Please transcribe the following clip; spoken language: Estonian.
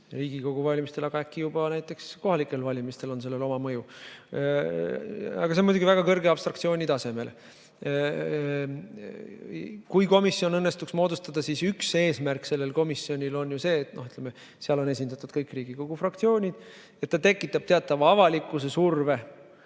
Riigikogu valimistele, aga äkki juba ka näiteks kohalikele valimistele on sellel oma mõju. Aga see on muidugi väga kõrge abstraktsiooni tasemel. Kui komisjon õnnestuks moodustada, siis üks eesmärke sellel komisjonil on ju see, et seal on esindatud kõik Riigikogu fraktsioonid ja ta tekitab teatava avalikkuse surve.